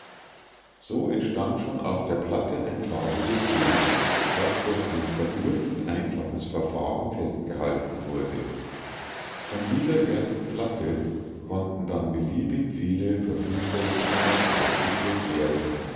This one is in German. so entstand schon auf der platte ein farbiges bild das durch ein verblüffend einfaches verfahren festgehalten wurde von dieser ersten platte konnten dann beliebig viele vervielfältigungen ausgeführt werden